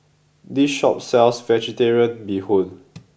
this shop sells Vegetarian Bee Hoon